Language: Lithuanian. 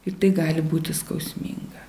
ir tai gali būti skausminga